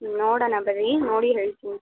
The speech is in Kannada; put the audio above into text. ಹ್ಞೂ ನೋಡೋಣ ಬನ್ರಿ ನೋಡಿ ಹೇಳ್ತೀನಿ